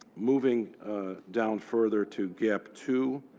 moving down further to gap two,